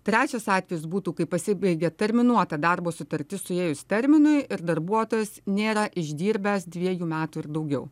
trečias atvejis būtų kai pasibaigia terminuota darbo sutartis suėjus terminui ir darbuotojas nėra išdirbęs dviejų metų ir daugiau